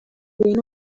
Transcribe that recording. were